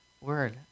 word